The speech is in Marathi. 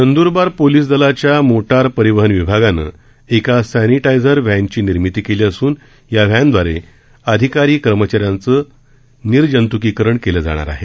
नंद्रबार पोलीस दलाच्या मोटार परिवहन विभागानं एका सॅनिटराझर व्हॅनची निर्मीती केली असून या व्हॅन द्वारे अधिकारी कर्मचाऱ्यांचं निर्जत्करण केलं जाणार आहे